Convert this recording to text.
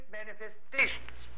manifestations